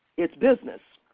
it's business.